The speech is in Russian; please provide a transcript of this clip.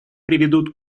приведут